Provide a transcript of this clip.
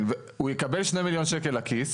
הוא יקבל שני מיליון שקל לכיס,